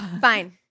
fine